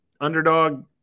underdog